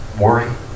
worry